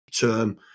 term